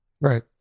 Right